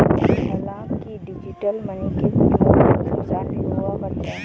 हांलाकि digital money के कुछ मूलभूत नुकसान भी हुआ करते हैं